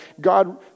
God